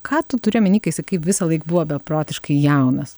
ką tu turi omeny kai sakai visąlaik buvo beprotiškai jaunas